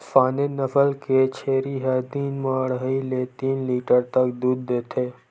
Saanen नसल के छेरी ह दिन म अड़हई ले तीन लीटर तक दूद देथे